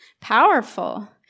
powerful